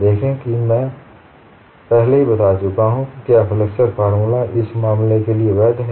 देखें कि मैं पहले ही बट् चुका हूं कि क्या फ्लेक्सचर फॉर्मूला इस मामले के लिए वैध है